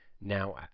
Now